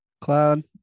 Cloud